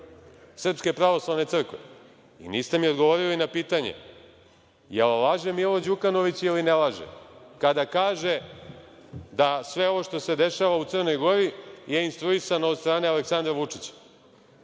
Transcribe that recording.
za prava SPC.Niste mi odgovorili na pitanje, da li laže Milo Đukanović ili ne laže, kada kaže, da sve ovo što se dešava u Crnoj Gori je instruisano od strane Aleksandra Vučića?